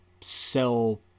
sell